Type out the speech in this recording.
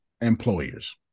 Employers